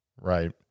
right